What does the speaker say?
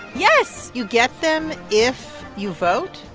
yes you get them if you vote?